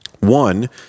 One